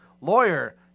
lawyer